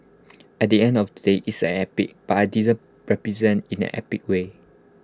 at the end of the day it's an epic but I didn't represent in an epic way